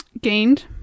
gained